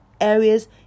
areas